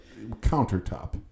countertop